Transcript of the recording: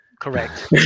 correct